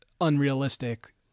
unrealistic